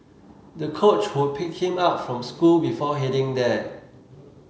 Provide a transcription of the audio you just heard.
the coach would pick him up from school before heading there